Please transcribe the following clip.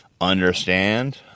understand